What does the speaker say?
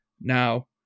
now